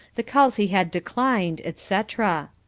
the calls he had declined, etc.